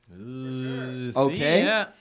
Okay